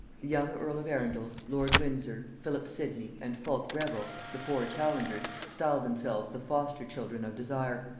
the young earl of arundel, lord windsor, philip sidney, and fulke greville, the four challengers, styled themselves the foster-children of desire,